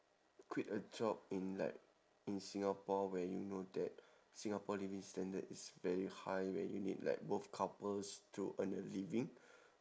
quit a job in like in singapore where you know that singapore living standard is very high where you need like both couples to earn a living